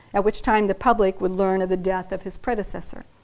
at which time the public would learn of the death of his predecessor.